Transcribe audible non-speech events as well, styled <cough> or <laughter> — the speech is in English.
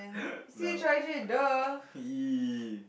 <laughs> no !ee!